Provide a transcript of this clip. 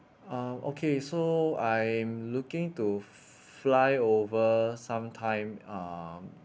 um okay so I'm looking to fly over some time um